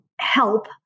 help